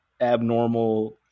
abnormal